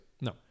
No